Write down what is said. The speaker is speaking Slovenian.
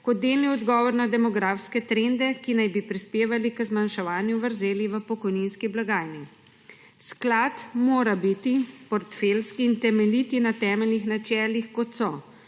kot delni odgovor na demografske trende, ki naj bi prispevali k zmanjševanju vrzeli v pokojninski blagajni. Sklad mora biti portfeljski in temeljiti na temeljnih načelih, kot so